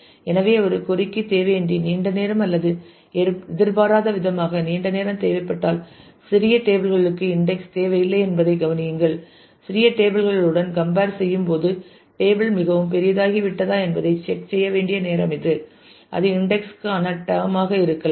எனவே ஒரு கொறி க்கு தேவையின்றி நீண்ட நேரம் அல்லது எதிர்பாராத விதமாக நீண்ட நேரம் தேவைப்பட்டால் சிறிய டேபிள் களுக்கு இன்டெக்ஸ் தேவையில்லை என்பதைக் கவனியுங்கள் சிறிய டேபிள்களுடன் கம்பேர் செய்யும்போது டேபிள் மிகவும் பெரியதாகிவிட்டதா என்பதைச் செக் செய்ய வேண்டிய நேரம் இது அது இன்டெக்ஸ் க்கான டேம் ஆக இருக்கலாம்